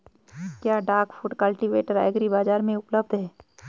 क्या duck foot cultivator agri बाज़ार में उपलब्ध है?